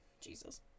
Jesus